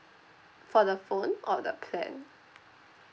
for the phone or the plan